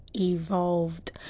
evolved